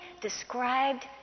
described